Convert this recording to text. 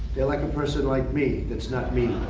they like a person like me, that's not mean.